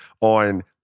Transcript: on